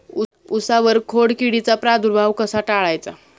उसावर खोडकिडीचा प्रादुर्भाव कसा टाळायचा?